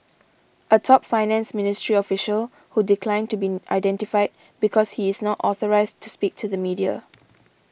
a top finance ministry official who declined to be identified because he is not authorised to speak to the media